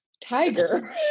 tiger